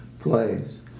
plays